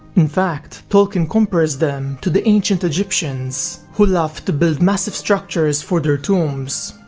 in fact tolkien compares them to the ancient egyptians, who loved to build massive structures for their tombs.